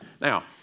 Now